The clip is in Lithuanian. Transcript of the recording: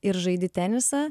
ir žaidi tenisą